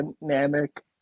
dynamic